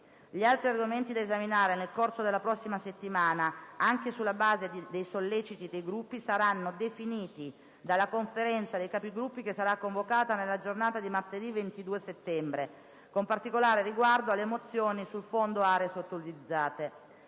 Gli altri argomenti da esaminare nel corso della prossima settimana, anche sulla base dei solleciti dei Gruppi, saranno definiti dalla Conferenza dei Capigruppo, che sarà convocata nella giornata di martedì 22 settembre, con particolare riguardo alle mozioni sul Fondo aree sottoutilizzate.